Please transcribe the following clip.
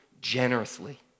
generously